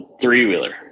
Three-wheeler